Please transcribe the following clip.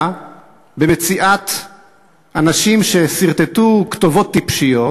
במציאת אנשים שסרטטו כתובות טיפשיות,